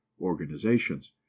organizations